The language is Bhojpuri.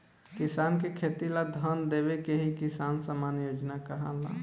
किसान के खेती ला धन देवे के ही किसान सम्मान योजना कहाला